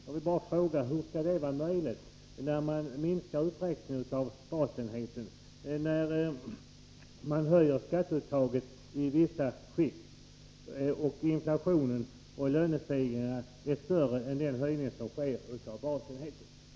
Jag vill bara fråga hur det skall bli möjligt när man minskar uppräkningen av basenheten, när man höjer skatteuttaget i vissa skikt och när inflationen och lönestegringarna är större än den höjning som sker av basenheten.